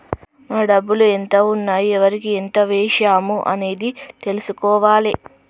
మన డబ్బులు ఎంత ఉన్నాయి ఎవరికి ఎంత వేశాము అనేది తెలుసుకోవాలే